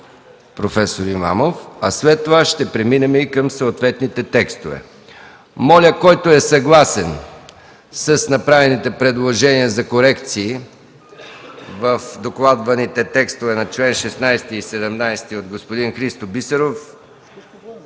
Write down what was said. професор Имамов. След това ще преминем и към съответните текстове. Моля, който е съгласен с направените предложения за корекции в докладваните текстове на чл. 16 и 17 от господин Христо Бисеров,